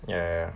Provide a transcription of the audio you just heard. ya ya ya